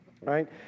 Right